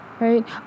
right